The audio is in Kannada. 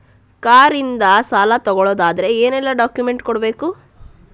ಕಾರ್ ಇಂದ ಸಾಲ ತಗೊಳುದಾದ್ರೆ ಏನೆಲ್ಲ ಡಾಕ್ಯುಮೆಂಟ್ಸ್ ಕೊಡ್ಬೇಕು?